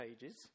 pages